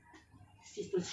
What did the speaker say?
so sis jawab apa